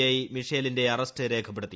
I മിഷേലിന്റെ arrest രേഖപ്പെടുത്തി